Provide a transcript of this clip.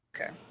Okay